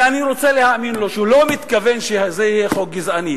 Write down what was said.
ואני רוצה להאמין לו שהוא לא מתכוון שזה יהיה חוק גזעני,